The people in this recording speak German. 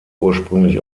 ursprünglich